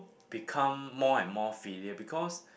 become more and more filial because